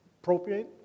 appropriate